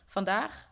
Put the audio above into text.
Vandaag